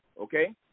okay